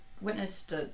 witnessed